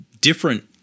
different